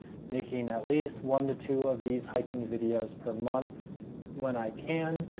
making at least one to two of these hiking videos per month when i can.